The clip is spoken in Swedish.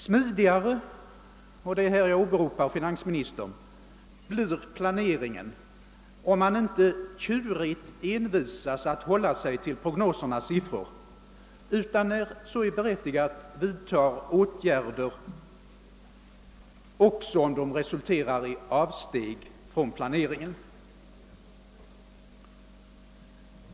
Smidigare blir planeringen — och det är härvidlag jag åberopar finansministern — om man inte tjurigt envisas med att hålla sig till prognosernas siffror, utan när så är berättigat vidtar åtgärder också om dessa resulterar i avsteg från planeringen.